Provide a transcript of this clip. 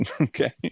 Okay